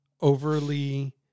overly